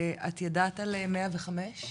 את ידעת על 105?